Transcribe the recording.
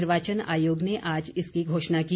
निर्वाचन आयोग ने आज इसकी घोषणा की